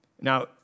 Now